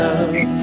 Love